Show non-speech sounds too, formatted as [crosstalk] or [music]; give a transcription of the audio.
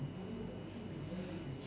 [breath]